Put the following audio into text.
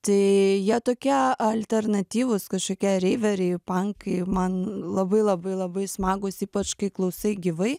tai jie tokie alternatyvūs kažkokie reiveriai pankai man labai labai labai smagūs ypač kai klausai gyvai